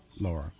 Laura